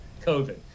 COVID